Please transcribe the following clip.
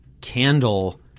candle